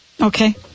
Okay